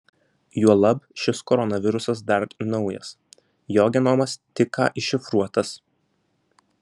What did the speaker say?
juolab šis koronavirusas dar naujas jo genomas tik ką iššifruotas